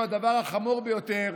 הדבר החמור ביותר,